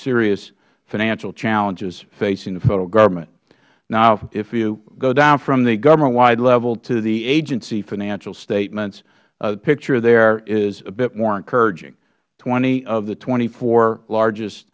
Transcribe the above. rious financial challenges facing the federal government now if you go down from the government wide to the agency financial statements the picture there is a big more encouraging twenty of the twenty four largest